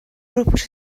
روپوش